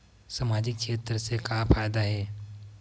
सामजिक क्षेत्र से का फ़ायदा हे?